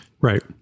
Right